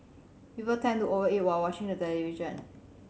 people tend to over eat while watching the television